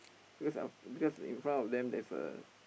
because I've because in front of them there's a